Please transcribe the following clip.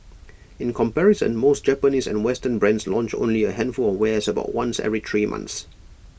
in comparison most Japanese and western brands launch only A handful of wares about once every three months